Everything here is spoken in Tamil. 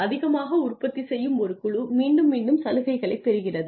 அதிகமாக உற்பத்தி செய்யும் ஒரு குழு மீண்டும் மீண்டும் சலுகைகளைப் பெறுகிறது